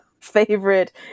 favorite